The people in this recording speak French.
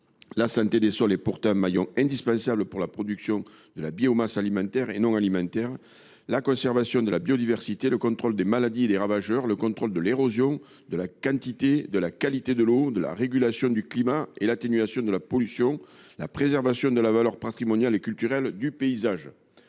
La santé des sols est un maillon indispensable à la production de la biomasse alimentaire et non alimentaire, mais aussi à la conservation de la biodiversité, au contrôle des maladies et des ravageurs, de l’érosion, et de la qualité et de la quantité de l’eau, à la régulation du climat, à l’atténuation de la pollution et, enfin, à la préservation de la valeur patrimoniale et culturelle du paysage.